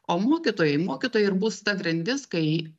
o mokytojai mokytojai ir bus ta grandis kai